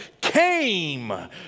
came